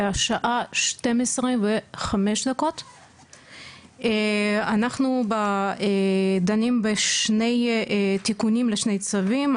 השעה 12:05. אנחנו דנים בשני תיקונים לשני צווים.